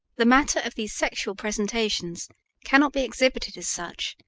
the matter of these sexual presentations cannot be exhibited as such,